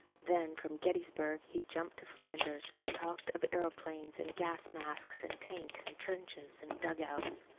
then from gettysburg he jumped to flanders, and talked of aeroplanes, and gas-masks, and tanks, and trenches, and dugouts.